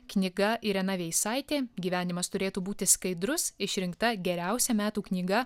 knyga irena veisaitė gyvenimas turėtų būti skaidrus išrinkta geriausia metų knyga